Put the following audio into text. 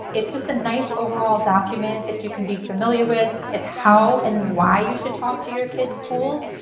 it's just a nice overall document that you can be familiar with. its how and why you should talk to your kids' schools.